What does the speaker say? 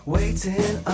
Waiting